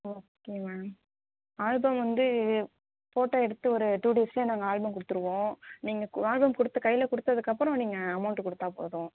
okay ma'am album வந்து photo எடுத்து ஒரு டூ டேஸ்சிலே நாங்கள் ஆல்பம் கொடுத்துருவோம் நீங்கள் ஆல்பம் கொடுத்த கையில் கொடுத்ததுக்கப்பறம் நீங்கள் அமௌண்ட்டு கொடுத்தா போதும்